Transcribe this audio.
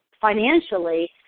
financially